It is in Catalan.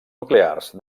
nuclears